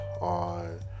on